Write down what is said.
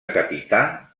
capità